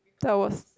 that was